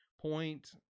point